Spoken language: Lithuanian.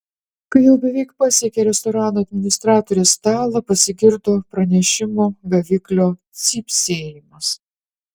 kai jau beveik pasiekė restorano administratorės stalą pasigirdo pranešimo gaviklio cypsėjimas